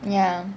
ya